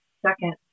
second